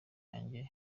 byaje